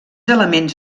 elements